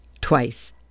twice